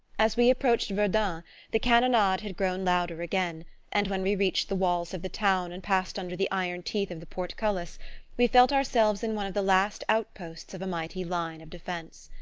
as we approached verdun the cannonade had grown louder again and when we reached the walls of the town and passed under the iron teeth of the portcullis we felt ourselves in one of the last outposts of a mighty line of defense.